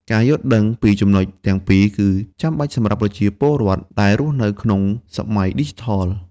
ការយល់ដឹងពីចំណុចទាំងពីរគឺចាំបាច់សម្រាប់ប្រជាពលរដ្ឋដែលរស់នៅក្នុងសម័យឌីជីថល។